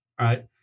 right